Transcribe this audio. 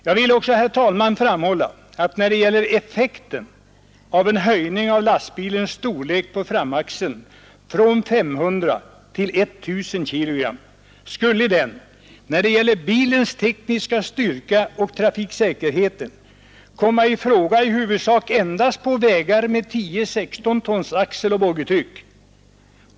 Jag vill också, herr talman, framhålla att när det gäller effekten av en höjning av lastens storlek på framaxeln från 500 till 1 000 kg skulle den, när det gäller bilens tekniska styrka och trafiksäkerhet, komma i fråga i huvudsak endast på vägar med 10/16 tons axeloch boggietryck.